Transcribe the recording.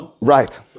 right